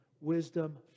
wisdom